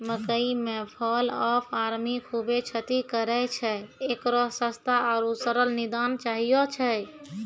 मकई मे fall of army खूबे क्षति करेय छैय, इकरो सस्ता आरु सरल निदान चाहियो छैय?